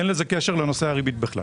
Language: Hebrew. אין לזה קשר לנושא הריבית כלל.